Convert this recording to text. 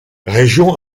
région